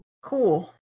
Cool